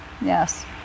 yes